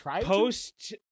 post